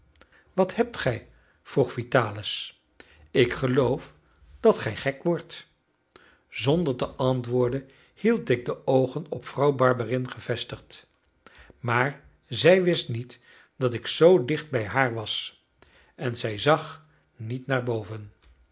wat hebt gij vroeg vitalis ik geloof dat gij gek wordt zonder te antwoorden hield ik de oogen op vrouw barberin gevestigd maar zij wist niet dat ik zoo dicht bij haar was en zij zag niet naar boven